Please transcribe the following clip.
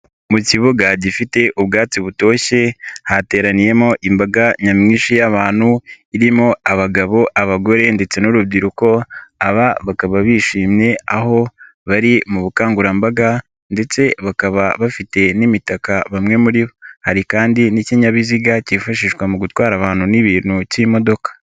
Mu kibuga gifite ubwatsi butoshye, hateraniyemo imbaga nyamwinshi y'abantu, irimo abagabo, abagore ndetse n'urubyiruko, aba bakaba bishimye, aho bari mu bukangurambaga ndetse bakaba bafite n'imitaka bamwe. Hari kandi n'ikinyabiziga cyifashishwa mu gutwara abantu n'ibintu cy'imodoka.